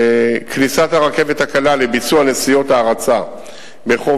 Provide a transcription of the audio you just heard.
כניסת הרכבת הקלה לביצוע נסיעות ההרצה ברחוב